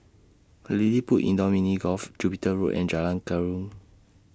LilliPutt Indoor Mini Golf Jupiter Road and Jalan Keruing